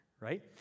right